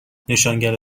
نشانگر